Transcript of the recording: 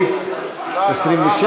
27?